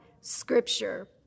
scripture